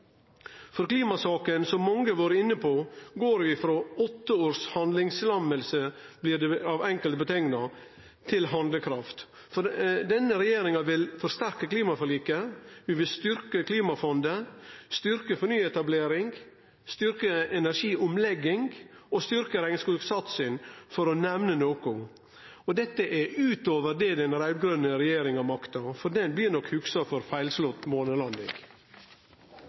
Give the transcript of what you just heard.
i klimasaka, som mange har vore inne på, går vi frå åtte års handlingslamming – uttrykt av enkelte – til handlekraft. Denne regjeringa vil forsterke klimaforliket, vi vil styrkje klimafondet, styrkje fornybaretablering, styrkje energiomlegging og styrkje regnskogsatsing – for å nemne noko. Dette er utover det den raud-grøne regjeringa makta, for den blir nok hugsa for feilslått